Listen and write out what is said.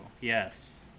Yes